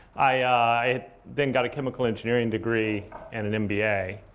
i then got a chemical engineering degree and an mba.